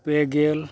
ᱯᱮ ᱜᱮᱞ